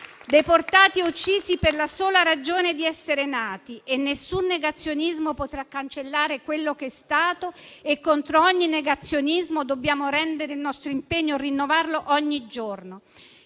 Deportati e uccisi per la sola ragione di essere nati: nessun negazionismo potrà cancellare quello che è stato e contro ogni negazionismo dobbiamo rendere il nostro impegno e rinnovarlo ogni giorno.